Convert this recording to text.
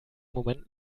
moment